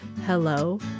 hello